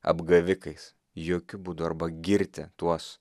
apgavikais jokiu būdu arba girti tuos